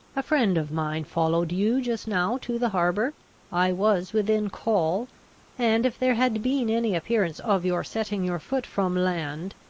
a friend of mine followed you just now to the harbour i was within call and, if there had been any appearance of your setting your foot from land,